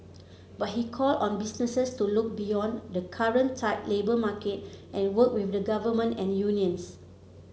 but he called on businesses to look beyond the current tight labour market and work with the Government and unions